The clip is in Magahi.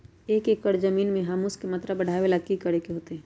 एक एकड़ जमीन में ह्यूमस के मात्रा बढ़ावे ला की करे के होतई?